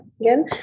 again